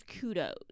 kudos